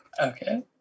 Okay